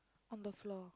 on the floor